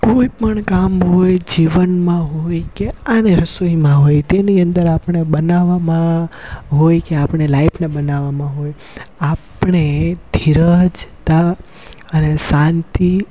કોઈપણ કામ હોય જીવનમાં હોય કે અને રસોઈમાં હોય તેની અંદર આપણે બનાવવામાં હોય કે આપણે લાઈફને બનાવવામાં હોય આપણે ધીરજતા અને શાંતિ